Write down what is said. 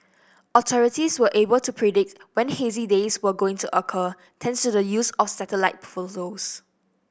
authorities were able to predict when hazy days were going to occur thanks to the use of satellite photos